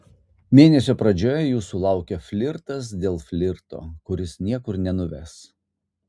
mėnesio pradžioje jūsų laukia flirtas dėl flirto kuris niekur nenuves